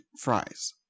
fries